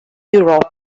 europe